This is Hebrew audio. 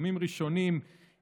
בימים ראשונים,